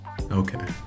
Okay